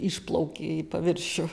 išplauki į paviršių